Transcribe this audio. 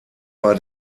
war